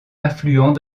affluent